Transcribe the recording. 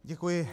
Děkuji.